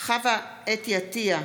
חוה אתי עטייה,